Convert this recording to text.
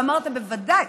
ואמרתם: בוודאי.